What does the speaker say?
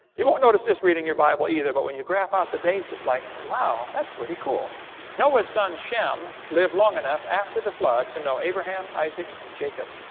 you won't notice this reading your bible either. but when you graph out the dates, it's like, wow, that's pretty cool noah's son shem lived long enough after the flood to know abraham, isaac and jacob.